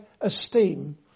esteem